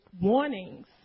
warnings